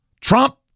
Trump